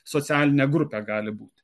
socialinę grupę gali būti